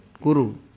guru